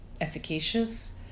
efficacious